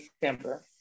December